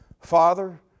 Father